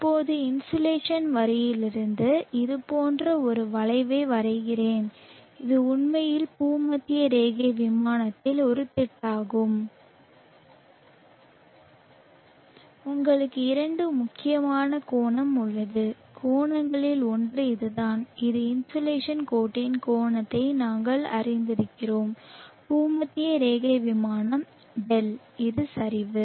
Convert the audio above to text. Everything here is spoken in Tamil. இப்போது இன்சோலேஷன் வரியிலிருந்து இது போன்ற ஒரு வளைவை வரைகிறேன் இது உண்மையில் பூமத்திய ரேகை விமானத்தில் ஒரு திட்டமாகும் உங்களுக்கு இரண்டு முக்கியமான கோணம் உள்ளது கோணங்களில் ஒன்று இதுதான் இது இன்சோலேஷன் கோட்டின் கோணத்தை நாங்கள் அறிந்திருக்கிறோம் பூமத்திய ரேகை விமானம் δ இது சரிவு